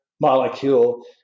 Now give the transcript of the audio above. molecule